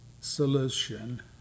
solution